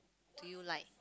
do you like